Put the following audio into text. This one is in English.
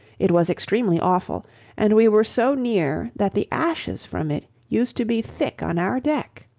it was extremely awful and we were so near that the ashes from it used to be thick on our deck.